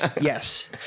yes